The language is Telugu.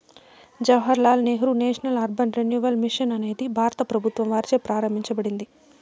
Jawahar Lal Nehru national urban renewal mission అనేది భారత ప్రభుత్వం వారిచే ప్రారంభించబడింది